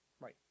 Right